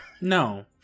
no